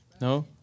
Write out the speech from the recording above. No